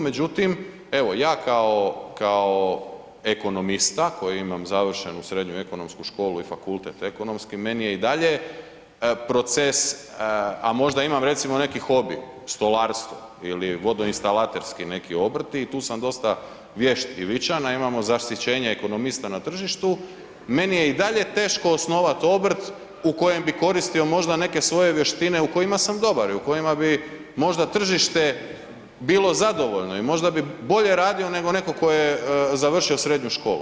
Međutim, evo ja kao ekonomista koji imam završenu srednju ekonomsku školu i fakultet ekonomski meni je i dalje proces a možda imam neki hobi, stolarstvo ili vodoinstalaterski neki obrti i tu sam dosta vješt i vičan a imamo zasićenje ekonomista na tržištu meni je i dalje teško osnovati obrt u kojem bi koristio možda neke svoje vještine u kojima sam dobar i u kojima bi možda tržište bilo zadovoljno i možda bih bolje radio nego netko tko je završio srednju školu.